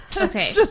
okay